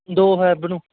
ਦੋ ਫੈਬ ਨੂੰ